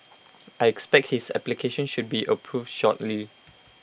I expect his application should be approved shortly